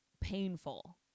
painful